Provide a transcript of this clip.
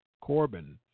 Corbin